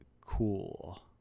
cool